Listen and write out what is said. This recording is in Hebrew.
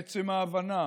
עצם ההבנה